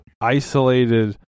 isolated